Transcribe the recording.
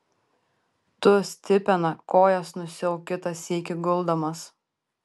tu stipena kojas nusiauk kitą sykį guldamas